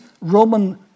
Roman